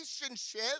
relationship